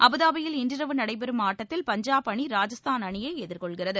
அபுதாபியில் இன்றிரவு நடைபெறும் ஆட்டத்தில் பஞ்சாப் அணி ராஜஸ்தான் அணியை எதிர்கொள்கிறது